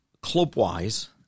club-wise